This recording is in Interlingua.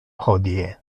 hodie